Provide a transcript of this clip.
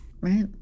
Right